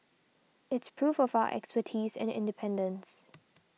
it's proof far expertise and independence